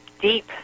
deep